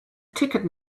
ticket